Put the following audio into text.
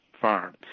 farm